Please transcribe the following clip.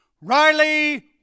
Riley